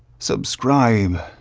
subscribe.